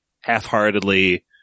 half-heartedly